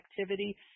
Activity